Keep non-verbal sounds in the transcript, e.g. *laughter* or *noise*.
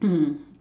*coughs*